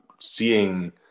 seeing